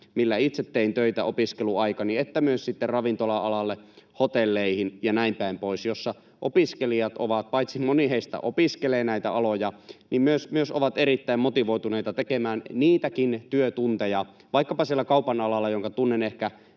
missä itse tein töitä opiskeluaikani, kuin myös sitten ravintola-alalle, hotelleihin ja näin päin pois. Siellä opiskelijat ovat, moni heistä opiskelee näitä aloja, myös erittäin motivoituneita tekemään vaikkapa siellä kaupan alalla, jonka tunnen ehkä